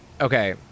okay